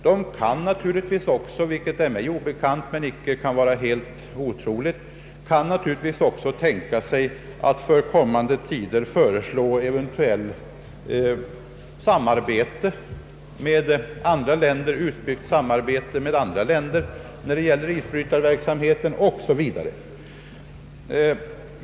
Man kan naturligtvis också — vilket är mig obekant men inte är helt otroligt — tänka sig att för kommande tider föreslå ett utbyggt samarbete med andra länder när det gäller isbrytarverksamheten 0. S. V.